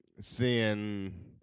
seeing